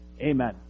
Amen